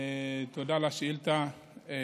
תודה על השאילתה.